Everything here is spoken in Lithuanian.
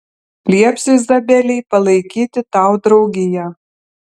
liepsiu izabelei palaikyti tau draugiją